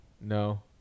No